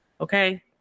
Okay